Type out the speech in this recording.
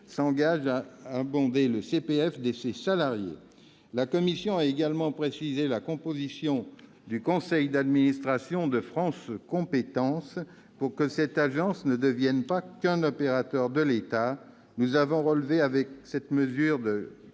s'engage à abonder le CPF de ses salariés. La commission a également précisé la composition du conseil d'administration de France compétences, pour que cette agence ne devienne pas qu'un opérateur de l'État. Nous avons relevé avec mesure de quinze